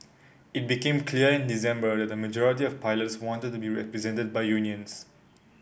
it became clear in December that a majority of pilots wanted to be represented by unions